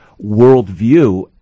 worldview